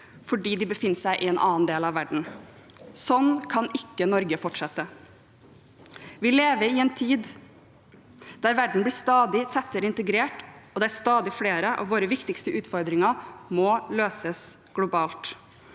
fordi de befinner seg i en annen del av verden. Sånn kan ikke Norge fortsette. Vi lever i en tid da verden blir stadig tettere integrert, og stadig flere av våre viktigste utfordringer må løses globalt.